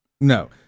No